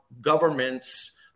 governments